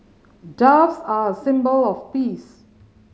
doves are a symbol of peace